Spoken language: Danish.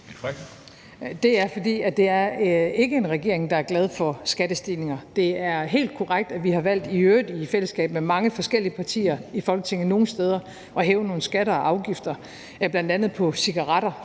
Det er, fordi det ikke er en regering, der er glad for skattestigninger. Det er helt korrekt, at vi – i øvrigt i fællesskab med mange forskellige partier i Folketinget – nogle steder har valgt at hæve nogle skatter og afgifter, bl.a. på cigaretter.